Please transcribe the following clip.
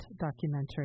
documentary